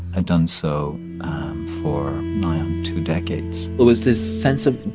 ah done so for two decades it was this sense of,